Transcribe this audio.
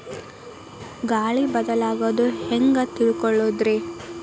ಗಾಳಿ ಬದಲಾಗೊದು ಹ್ಯಾಂಗ್ ತಿಳ್ಕೋಳೊದ್ರೇ?